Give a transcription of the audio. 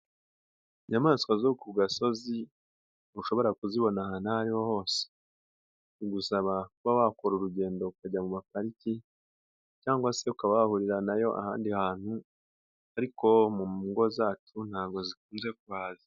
Inyamaswa zo ku gasozi ntushobora kuzibona ahantu ariho hose bigusaba kuba wakora urugendo ukajya mu ma pariki cyangwa se ukaba wahurira nayo ahandi hantu ariko mu ngo zacu ntabwo zikunze kuhaza.